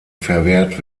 verwehrt